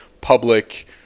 public